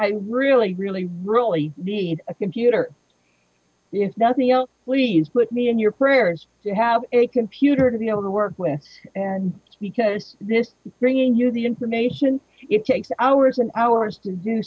i really really really being a computer if that neal please put me in your prayers to have a computer to be able to work with and because this bringing you the information it takes hours and hours to do